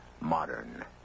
modern